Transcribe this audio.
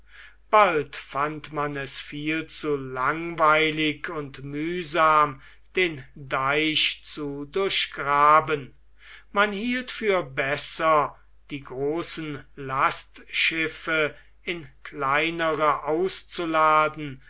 bald fand man es viel zu langweilig und mühsam den deich zu durchgraben man hielt für besser die großen lastschiffe in kleinere auszuladen